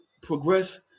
progress